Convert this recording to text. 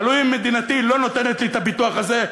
הלוא אם מדינתי לא נותנת לי את הביטוח הזה,